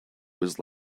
was